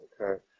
Okay